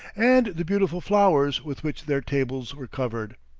and the beautiful flowers with which their tables were covered.